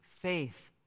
faith